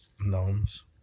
Gnomes